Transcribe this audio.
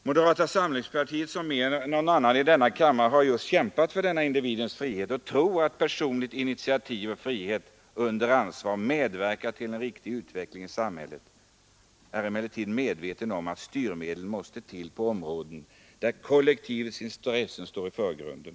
Moderata samlingspartiet, det parti som mer än något annat parti i denna kammare har kämpat för individens frihet och tror att personligt initiativ och frihet under ansvar medverkar till en riktig utveckling i samhället, är emellertid medvetet om att styrmedel måste till på områden där kollektivets intressen står i förgrunden.